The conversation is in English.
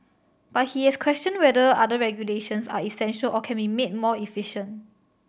but he has questioned whether other regulations are essential or can be made more efficient